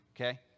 okay